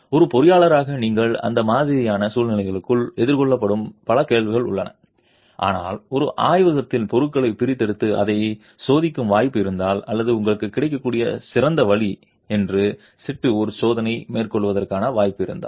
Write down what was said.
ஒரு பொறியியலாளராக நீங்கள் அந்த மாதிரியான சூழ்நிலைக்குள் எதிர்கொள்ளப்படும் பல கேள்விகள் உள்ளன ஆனால் ஒரு ஆய்வகத்தில் பொருளைப் பிரித்தெடுத்து அதை சோதிக்கும் வாய்ப்பு இருந்தால் அல்லது உங்களுக்கு கிடைக்கக்கூடிய சிறந்த வழி என்று சிட்டு ஒரு சோதனையை மேற்கொள்வதற்கான வாய்ப்பு இருந்தால்